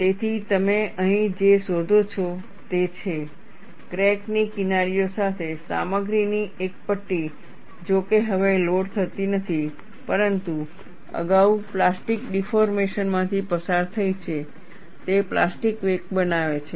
તેથી તમે અહીં જે શોધો છો તે છે ક્રેક ની કિનારીઓ સાથે સામગ્રીની એક પટ્ટી જો કે હવે લોડ થતી નથી પરંતુ અગાઉ પ્લાસ્ટિક ડિફોર્મેશન માંથી પસાર થઈ છે તે પ્લાસ્ટિક વેક બનાવે છે